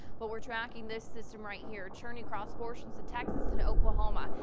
but we're tracking this system right here churning across portions of texas and oklahoma.